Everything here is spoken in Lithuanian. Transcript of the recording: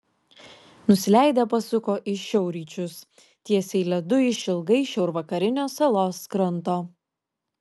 nusileidę pasuko į šiaurryčius tiesiai ledu išilgai šiaurvakarinio salos kranto